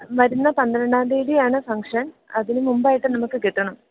വരുന്ന പന്ത്രണ്ടാം തീയതിയാണ് ഫംഗ്ഷന് അതിന് മുമ്പായിട്ട് നമുക്ക് കിട്ടണം